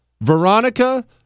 Veronica